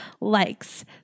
likes